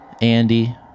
Andy